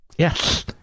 Yes